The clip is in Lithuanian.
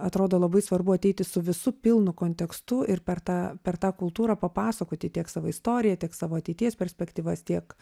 atrodo labai svarbu ateiti su visu pilnu kontekstu ir per tą per tą kultūrą papasakoti tiek savo istoriją tiek savo ateities perspektyvas tiek